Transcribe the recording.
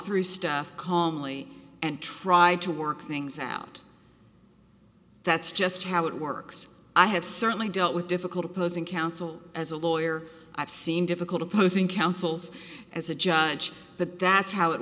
through stuff calmly and try to work things out that's just how it works i have certainly dealt with difficult opposing counsel as a lawyer i've seen difficult opposing counsels as a judge but that's how it